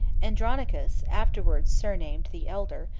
andronicus, afterwards surnamed the elder,